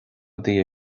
dia